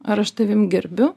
ar aš tavim gerbiu